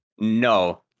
No